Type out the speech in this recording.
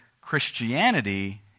christianity